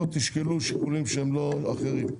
או תשקלו שיקולים שהם אחרים?